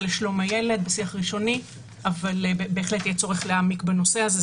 לשלום הילד אבל בהחלט יהיה לצורך להעמיק בנושא הזה,